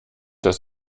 dass